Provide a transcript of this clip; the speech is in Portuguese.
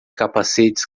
capacetes